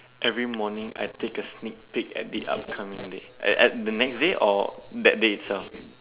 every morning I take a sneak peak at the upcoming day at the next day or that day itself